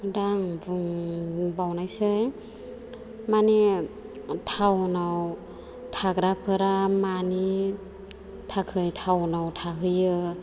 दा आं बुंबावनोसै माने टाउनआव थाग्राफोरा मानि थाखाय टाउनआव थाहैयो